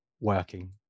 working